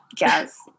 Yes